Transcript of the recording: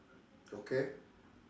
okay